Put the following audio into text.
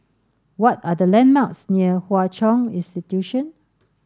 what are the landmarks near Hwa Chong Institution